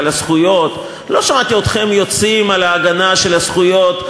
על הזכויות לא שמעתי אתכם יוצאים להגנה על הזכויות,